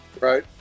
right